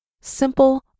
simple